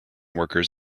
workers